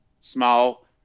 small